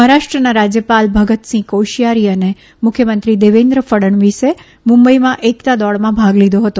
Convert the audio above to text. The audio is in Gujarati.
મહારાષ્ટ્રના રાજ્યપાલ ભગતસિંહ કોશિયારી ને મુખ્યમંત્રી દેવેન્દ્ર ફડણવીસે મુંબઇમાં એકતા દોડમાં ભાગ લીગો હતો